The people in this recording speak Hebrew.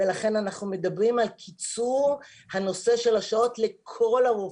ולכן אנחנו מדברים על קיצור הנושא של השעות לכל הרופאים.